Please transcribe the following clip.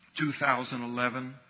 2011